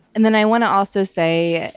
and then i want to also say,